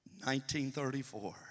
1934